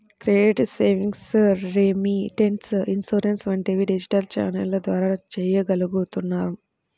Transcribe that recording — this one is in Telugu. క్రెడిట్, సేవింగ్స్, రెమిటెన్స్, ఇన్సూరెన్స్ వంటివి డిజిటల్ ఛానెల్ల ద్వారా చెయ్యగలుగుతున్నాం